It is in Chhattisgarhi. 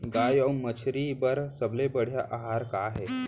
गाय अऊ मछली बर सबले बढ़िया आहार का हे?